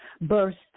Burst